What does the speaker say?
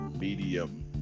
medium